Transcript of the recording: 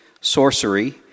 sorcery